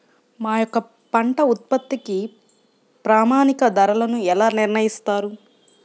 మా యొక్క పంట ఉత్పత్తికి ప్రామాణిక ధరలను ఎలా నిర్ణయిస్తారు?